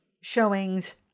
showings